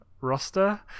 roster